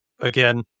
again